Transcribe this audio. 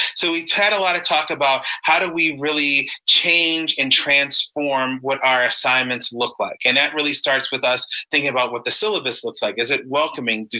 so we've had a lot of talk about how do we really change and transform what our assignments look like. and that really starts with us thinking about what the syllabus looks like. is it welcoming?